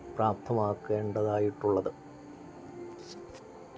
പ്രാപ്തമാക്കേണ്ടത് ആയിട്ടുള്ളത്